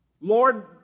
Lord